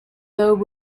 though